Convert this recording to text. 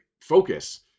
focus